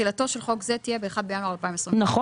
תחילתו של חוק זה תהיה ב-1 בינואר 2024. נכון,